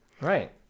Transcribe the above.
right